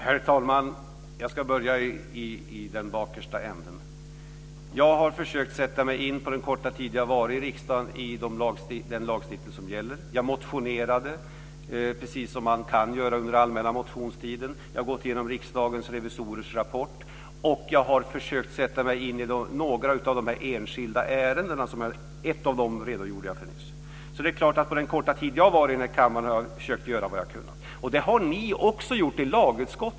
Herr talman! Jag ska börja i den bakersta änden. På den korta tid jag har varit i riksdagen har jag försökt sätta mig in i den lagstiftning som gäller. Jag motionerade under den allmänna motionstiden. Jag har gått igenom Riksdagens revisorers rapport, och jag har försökt sätta mig in i några av de enskilda ärendena. Ett av dem redogjorde jag för nyss. På den korta tid jag har varit i denna kammare har försökt göra vad jag kunnat. Det har ni också gjort i lagutskottet.